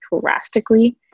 drastically